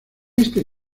este